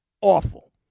awful